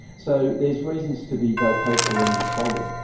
so there's reasons to be both hopeful and despondent.